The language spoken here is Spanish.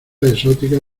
exóticas